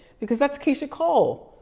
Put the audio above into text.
because that's keyshia cole.